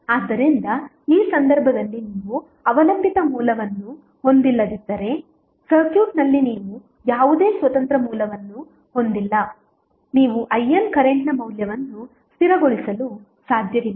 ಆದ್ದರಿಂದ ಈ ಸಂದರ್ಭದಲ್ಲಿ ನೀವು ಅವಲಂಬಿತ ಮೂಲವನ್ನು ಹೊಂದಿಲ್ಲದಿದ್ದರೆ ಸರ್ಕ್ಯೂಟ್ನಲ್ಲಿ ನೀವು ಯಾವುದೇ ಸ್ವತಂತ್ರ ಮೂಲವನ್ನು ಹೊಂದಿಲ್ಲ ನೀವು INಕರೆಂಟ್ನ ಮೌಲ್ಯವನ್ನು ಸ್ಥಿರಗೊಳಿಸಲು ಸಾಧ್ಯವಿಲ್ಲ